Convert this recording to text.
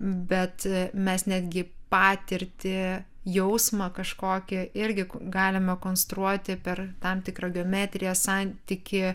bet mes netgi patirtį jausmą kažkokį irgi galime konstruoti per tam tikrą geometriją santykį